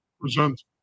present